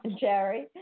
Jerry